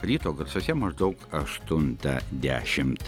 ryto garsuose maždaug aštuntą dešimt